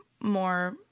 more